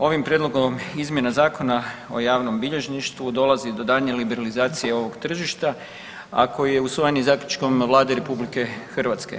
Ovim prijedlogom izmjena Zakona o javnom bilježništvu dolazi do daljnje liberalizacije ovog tržišta, a koji je usvojen i zaključkom Vlade RH.